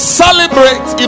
celebrate